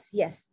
yes